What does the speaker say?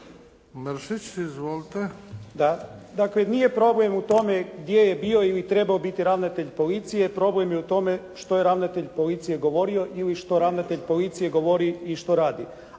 **Mršić, Zvonimir (SDP)** Da. Dakle, nije problem u tome gdje je bio ili trebao biti ravnatelj policije, problem je u tome što je ravnatelj policije govorio ili što ravnatelj policije govori i što radi.